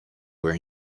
were